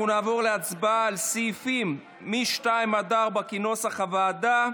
אנחנו נעבור להצבעה על סעיפים 2 4, כנוסח הוועדה.